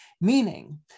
Meaning